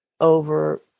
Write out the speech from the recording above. over